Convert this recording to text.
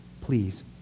please